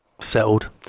settled